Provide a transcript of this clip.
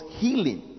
healing